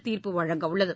தீர்ப்பு வழங்க உள்ளது